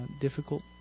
difficult